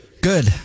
Good